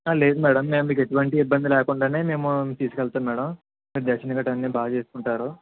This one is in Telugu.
లేదు మ్యాడమ్ మేము మీకు ఎటువంటి ఇబ్బంది లేకుండానే మేము తీసుకెళ్తాం మ్యాడమ్ దర్శనం గట్ట అన్ని బాగా చేసుకుంటారు